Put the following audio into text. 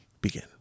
begin